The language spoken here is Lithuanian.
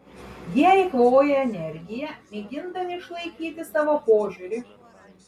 jie eikvoja energiją mėgindami išlaikyti savo požiūrį